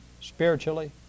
spiritually